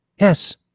Yes